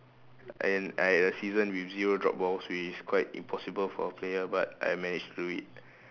and I had a season with zero drop balls which is quite impossible for a player but I managed to do it